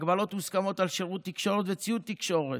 הגבלות מוסכמות על שירות תקשורת וציוד תקשורת,